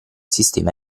sistema